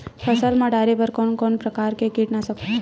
फसल मा डारेबर कोन कौन प्रकार के कीटनाशक होथे?